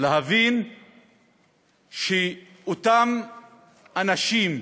להבין שאותם אנשים,